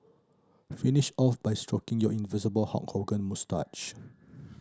finish off by stroking your invisible Hulk Hogan moustache